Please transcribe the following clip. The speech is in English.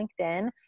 LinkedIn